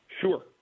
Sure